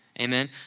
Amen